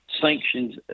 sanctions